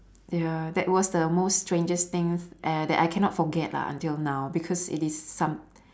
ya that was the most strangest thing uh that I cannot forget lah until now because it is some